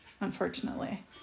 unfortunately